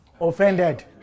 offended